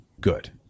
good